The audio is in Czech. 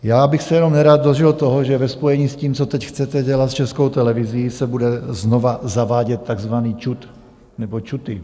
Já bych se jenom nerad dožil toho, že ve spojení s tím, co teď chcete dělat s Českou televizí, se bude znovu zavádět takzvaný ČÚTI.